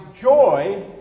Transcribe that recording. joy